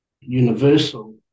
universal